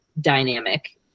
dynamic